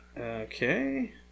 Okay